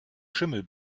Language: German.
schimmel